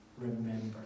remember